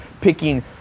picking